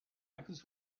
access